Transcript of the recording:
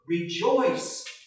rejoice